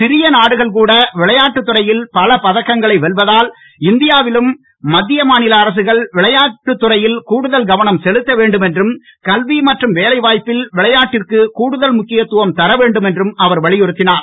சிறிய நாடுகள் கூட விளையாட்டுத் துறையில் பல பதக்கங்களை வெல்வதால் இந்தியாவிலும் மத்திய மாநில அரசுகள் விளையாட்டு துறையில் கூடுதல் கவனம் செலுத்த வேண்டும் என்றும் கல்வி மற்றும் வேலை வாய்ப்பில் விளையாட்டிற்கு கூடுதல் முக்கியத்துவம் தரவேண்டும் என்றும் அவர் வலியுறுத்தினார்